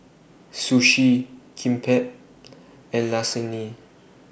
Sushi Kimbap and Lasagne